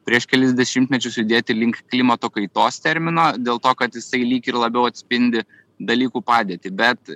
prieš kelis dešimtmečius judėti link klimato kaitos termino dėl to kad jisai lyg ir labiau atspindi dalykų padėtį bet